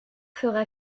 fera